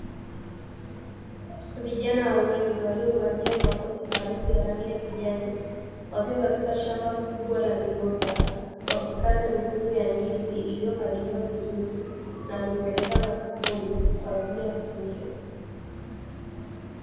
Vijana wawili waliovalia makoti marefu ya rangi ya kijani wakiwa katika shamba kubwa la migomba, wakikata mikungu ya ndizi iliyopangiliwa vizuri na kuipeleka masokoni kwa ajili ya kuuzwa.